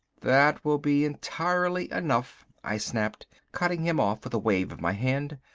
that will be entirely enough, i snapped, cutting him off with a wave of my hand.